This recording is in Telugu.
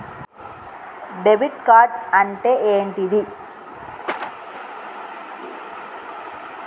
డెబిట్ కార్డ్ అంటే ఏంటిది?